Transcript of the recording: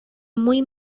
muy